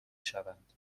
شوند